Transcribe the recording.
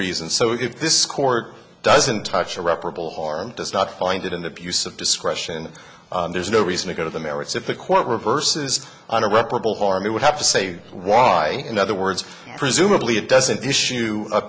reason so if this court doesn't touch a reparable harm does not find it in abuse of discretion there's no reason to go to the merits if the court reverses on a reputable form it would have to say why in other words presumably it doesn't issue